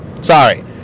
Sorry